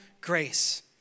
grace